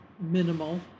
minimal